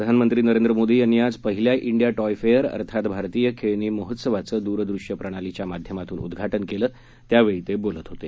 प्रधानमंत्री नरेंद्र मोदी यांनी आज पहिल्या इंडिया टॉय फेअर अर्थात भारतीय खेळणी महोत्सवाचं दूरदृश्य प्रणालीच्या माध्यमातून उद्घाटन केलं त्यावेळी ते बोलत होते